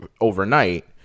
overnight